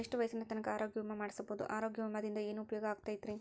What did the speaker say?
ಎಷ್ಟ ವಯಸ್ಸಿನ ತನಕ ಆರೋಗ್ಯ ವಿಮಾ ಮಾಡಸಬಹುದು ಆರೋಗ್ಯ ವಿಮಾದಿಂದ ಏನು ಉಪಯೋಗ ಆಗತೈತ್ರಿ?